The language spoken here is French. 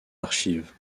archives